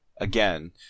Again